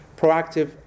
proactive